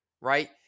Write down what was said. right